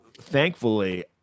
thankfully